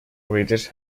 readers